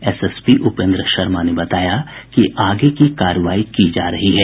SSP Upendra Sharma ने बताया कि आगे की कानूनी कार्रवाई की जा रही है